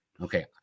Okay